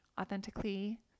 authentically